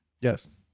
Yes